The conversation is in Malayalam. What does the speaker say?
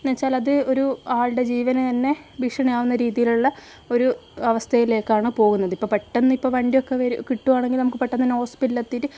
എന്നുവെച്ചാലത് ഒരു ആളുടെ ജീവനു തന്നെ ഭീഷണിയാകുന്ന രീതിയിലുള്ള ഒരു അവസ്ഥയിലേക്കാണ് പോകുന്നത് ഇപ്പം പെട്ടെന്ന് ഇപ്പോൾ വണ്ടിയൊക്കെ വരൂ കിട്ടുകയാണെങ്കിൽ നമുക്ക് പെട്ടെന്നു തന്നെ ഹോസ്പിറ്റലിൽ എത്തിയിട്ട്